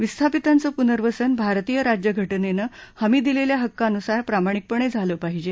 विस्थापितांचं पुनर्वसन भारतीय राज्यघटनेनं हमी दिलेल्या हक्कांनुसार प्रमाणिकपणे झालं पाहिजे